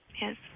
Yes